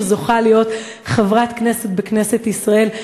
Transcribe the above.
שזוכה להיות חברה בכנסת ישראל,